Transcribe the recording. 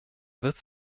wird